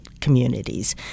communities